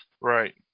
Right